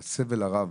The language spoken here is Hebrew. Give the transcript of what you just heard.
על הסבל הרב,